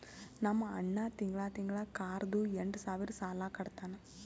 ನಮ್ ಅಣ್ಣಾ ತಿಂಗಳಾ ತಿಂಗಳಾ ಕಾರ್ದು ಎಂಟ್ ಸಾವಿರ್ ಸಾಲಾ ಕಟ್ಟತ್ತಾನ್